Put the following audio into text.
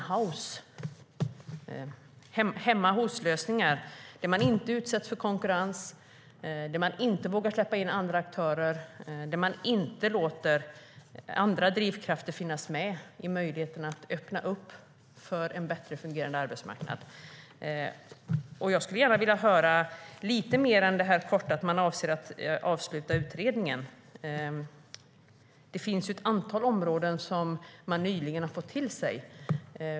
Det är hemma-hos-lösningar där man inte utsätts för konkurrens, där man inte vågar släppa in andra aktörer och där man inte låter andra drivkrafter finnas med i möjligheten att öppna upp för en bättre fungerande arbetsmarknad. Jag skulle gärna vilja höra lite mer än det här korta: att man avser att avsluta utredningen. Det finns ju ett antal områden som man nyligen har fått till sig.